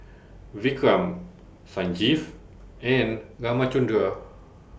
Vikram Sanjeev and Ramchundra